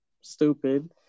stupid